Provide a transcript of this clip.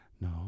No